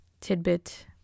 tidbit